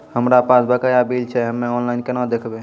हमरा पास बकाया बिल छै हम्मे ऑनलाइन केना देखबै?